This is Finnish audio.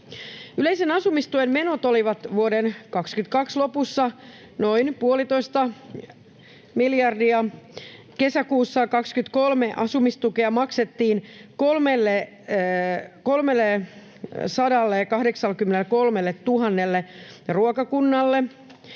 Yleisen asumistuen menot olivat vuoden 22 lopussa noin puolitoista miljardia. Kesäkuussa 23 asumistukea maksettiin 383 000 ruokakunnalle,